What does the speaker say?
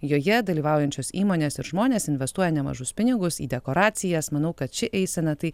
joje dalyvaujančios įmonės ir žmonės investuoja nemažus pinigus į dekoracijas manau kad ši eisena tai